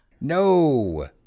No